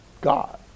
God